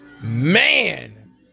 Man